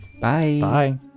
Bye